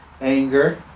Anger